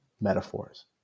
metaphors